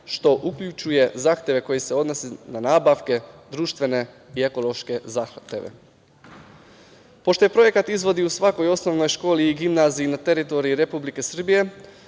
što uključuje zahteve koji se odnose na nabavke društvene i ekonomske zahteve. Pošto se projekat izvodi u svakoj osnovnoj školi i gimnaziji na teritoriji Republike Srbije,